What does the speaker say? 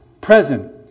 present